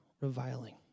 reviling